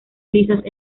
lisas